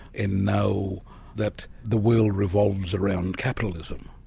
and know that the world revolves around capitalism,